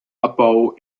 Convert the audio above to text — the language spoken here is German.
abbau